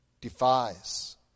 defies